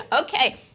Okay